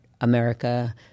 America